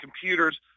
computers